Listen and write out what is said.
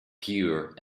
pure